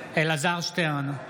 אלעזר שטרן,